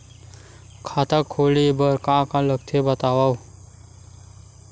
खाता खोले बार का का लगथे बतावव?